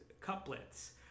couplets